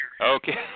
Okay